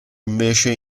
invece